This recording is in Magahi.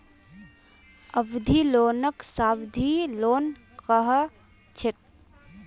अवधि लोनक सावधि लोन कह छेक